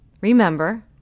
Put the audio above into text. remember